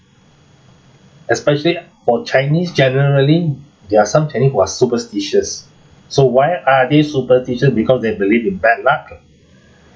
especially for chinese generally there are some chinese who are superstitious so why are they superstitious because they believe in bad luck